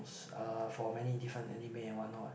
uh for many different anime and what not